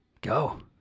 Go